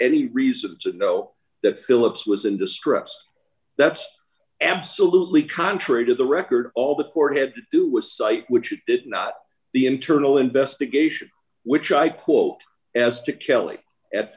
any reason to know that phillips was in distress that's absolutely contrary to the record all the court had to do was site which you did not the internal investigation which i quote as to kelley at